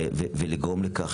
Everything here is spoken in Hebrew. בימים האחרונים